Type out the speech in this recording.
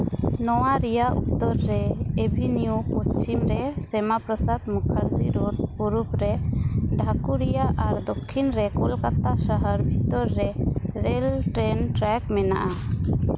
ᱱᱚᱣᱟ ᱨᱮᱭᱟᱜ ᱩᱛᱛᱚᱨ ᱨᱮ ᱮᱵᱷᱤᱱᱤᱭᱩ ᱯᱚᱪᱷᱤᱢ ᱨᱮ ᱥᱮᱢᱟᱯᱨᱚᱥᱟᱫᱽ ᱢᱩᱠᱷᱟᱨᱡᱤ ᱨᱳᱰ ᱯᱩᱨᱩᱵ ᱨᱮ ᱰᱷᱟᱹᱠᱩᱨᱤᱭᱟᱹ ᱟᱨ ᱫᱚᱠᱠᱷᱤᱱ ᱨᱮ ᱠᱚᱞᱠᱟᱛᱟ ᱥᱟᱦᱟᱨ ᱵᱷᱤᱛᱚᱨ ᱨᱮ ᱨᱮᱹᱞ ᱴᱨᱮᱱ ᱴᱨᱟᱠ ᱢᱮᱱᱟᱜᱼᱟ